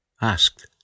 asked